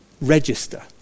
register